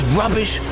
rubbish